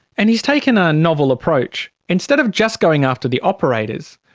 and he's taken a novel approach. instead of just going after the operators,